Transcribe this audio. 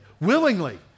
willingly